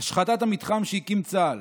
"השחתת המתחם שהקים צה"ל